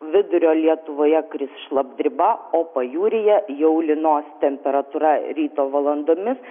vidurio lietuvoje kris šlapdriba o pajūryje jau lynos temperatūra ryto valandomis